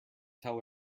tell